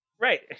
Right